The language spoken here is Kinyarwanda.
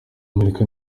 amerika